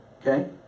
Okay